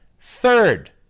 third